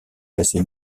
classé